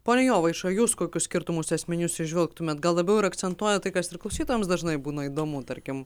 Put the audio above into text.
pone jovaiša jūs kokius skirtumus esminius įžvelgtumėt gal labiau ir akcentuojat tai kas ir klausytojams dažnai būna įdomu tarkim